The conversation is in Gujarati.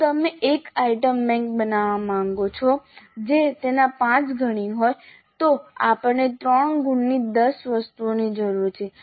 જો તમે એક આઇટમ બેંક બનાવવા માંગો છો જે તેના 5 ગણી હોય તો આપણને 3 ગુણની 10 વસ્તુઓની જરૂર છે